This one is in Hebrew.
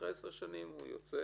אחרי 10 שנים הוא יוצא